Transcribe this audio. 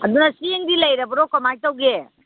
ꯑꯗꯨ ꯅꯪ ꯆꯦꯡꯗꯤ ꯂꯩꯔꯕ꯭ꯔꯣ ꯀꯃꯥꯏꯅ ꯇꯧꯕꯒꯦ